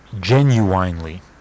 genuinely